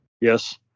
Yes